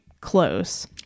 close